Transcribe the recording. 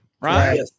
Right